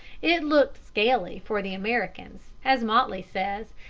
it looked scaly for the americans, as motley says,